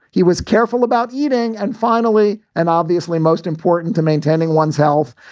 he was careful about eating and finally and obviously most important to maintaining one's health.